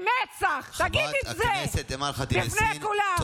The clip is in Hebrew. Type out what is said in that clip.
בפנים, תגיד את זה לפני כולם.